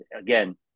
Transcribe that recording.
Again